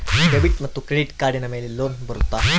Debit ಮತ್ತು credit ಕಾರ್ಡಿನ ಮೇಲೆ ಲೋನ್ ಬರುತ್ತಾ?